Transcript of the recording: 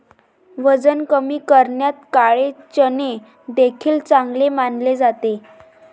वजन कमी करण्यात काळे चणे देखील चांगले मानले जाते